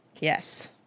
Yes